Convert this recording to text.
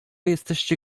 jesteście